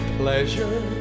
pleasure